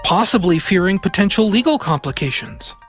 possibly fearing potential legal complications.